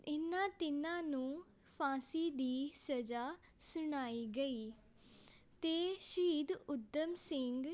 ਇਹਨਾਂ ਤਿੰਨਾਂ ਨੂੰ ਫਾਂਸੀ ਦੀ ਸਜ਼ਾ ਸੁਣਾਈ ਗਈ ਅਤੇ ਸ਼ਹੀਦ ਊਧਮ ਸਿੰਘ